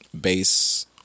base